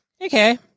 Okay